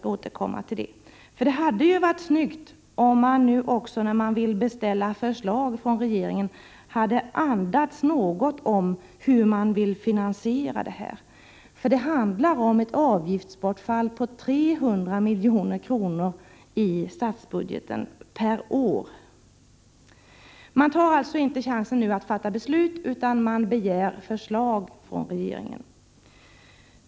Det hade ju varit snyggt, när man nu vill beställa förslag, om man också något andats om hur man ville finansiera detta. Det handlar om ett avgiftsbortfall på 300 milj.kr. i statsbudgeten per år. Man tar inte chansen att nu fatta beslut, utan begär förslag från regeringen.